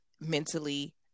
mentally